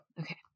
Okay